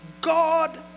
God